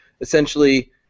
essentially